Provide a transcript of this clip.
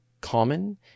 common